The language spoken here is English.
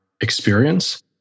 experience